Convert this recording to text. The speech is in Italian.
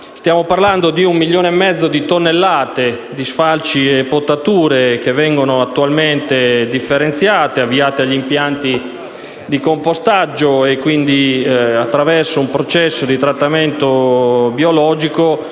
Stiamo parlando di un milione e mezzo di tonnellate di sfalci e potature che vengono attualmente differenziate, avviate agli impianti di compostaggio e, attraverso un processo di trattamento biologico,